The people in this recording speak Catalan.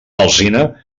alzina